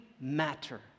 matter